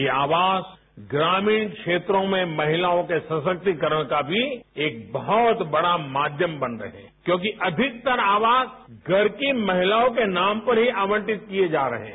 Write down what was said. ये आवास ग्रामीण क्षेत्रों में महिलाओं के सशक्तिकरण का भी एक बहुत बड़ा माध्यम बन रहे हैं क्योंकि अधिकतम आवास घर की महिलाओं के नाम पर ही आवंटित किये जा रहे हैं